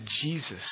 Jesus